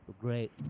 great